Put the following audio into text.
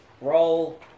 Roll